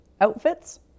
outfits